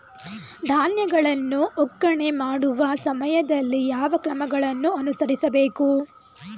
ಧಾನ್ಯಗಳನ್ನು ಒಕ್ಕಣೆ ಮಾಡುವ ಸಮಯದಲ್ಲಿ ಯಾವ ಕ್ರಮಗಳನ್ನು ಅನುಸರಿಸಬೇಕು?